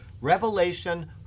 Revelation